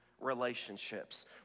relationships